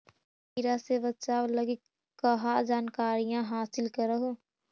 किट किड़ा से बचाब लगी कहा जानकारीया हासिल कर हू?